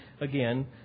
Again